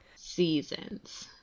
seasons